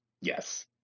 yes